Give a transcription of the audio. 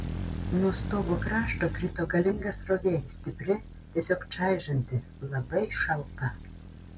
nuo stogo krašto krito galinga srovė stipri tiesiog čaižanti labai šalta